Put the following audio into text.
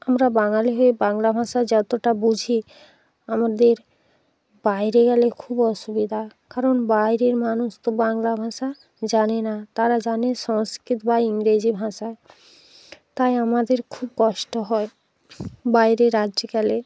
আমরা বাঙালি হয়ে বাংলা ভাষা যতটা বুঝি আমাদের বাইরে গেলে খুব অসুবিধা কারণ বাইরের মানুষ তো বাংলা ভাষা জানে না তারা জানে সংস্কৃত বা ইংরেজি ভাষা তাই আমাদের খুব কষ্ট হয় বাইরের রাজ্যে গেলে